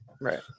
Right